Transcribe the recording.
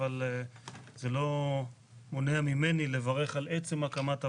אבל זה לא מונע ממני לברך על עצם הקמת הוועדה,